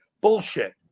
Bullshit